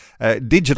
digital